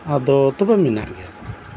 ᱟᱫᱚ ᱛᱚᱵᱮ ᱢᱮᱱᱟᱜ ᱜᱮᱭᱟ